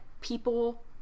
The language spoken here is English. people